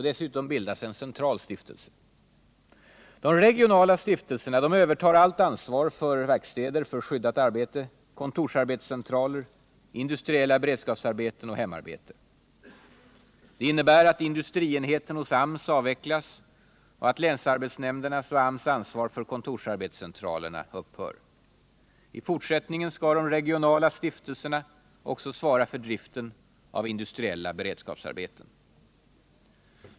Dessutom bildas en central stiftelse. De regionala stiftelserna övertar allt ansvar för verkstäder för skyddat arbete, kontorsarbetscentraler, industriella beredskapsarbeten och hemarbete. Detta innebär att industrienheten hos AMS avvecklas och att länsarbetsnämndernas och AMS ansvar för kontorsarbetscentralerna upphör. I fortsättningen skall de regionala stiftelserna också svara för driften av industriella beredskapsarbeten.